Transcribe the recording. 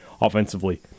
offensively